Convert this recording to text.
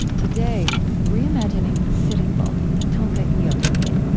today reimagining sitting bull tatanka iyotake.